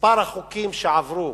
מספר החוקים שעברו